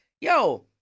yo